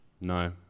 no